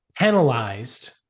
penalized